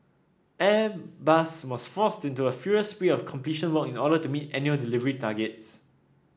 Airbus was forced into a furious spree of completion work in order meet annual delivery targets